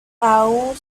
aun